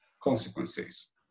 consequences